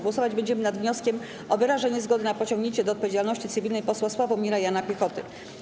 Głosować będziemy nad wnioskiem o wyrażenie zgody na pociągnięcie do odpowiedzialności cywilnej posła Sławomira Jana Piechoty.